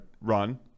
run